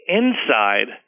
inside